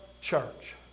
church